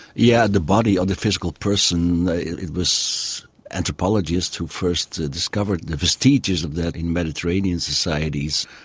yeah the body or the physical person it was anthropologists who first discovered the vestiges of that in mediterranean societies,